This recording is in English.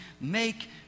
Make